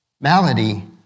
malady